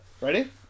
Ready